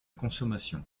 consommation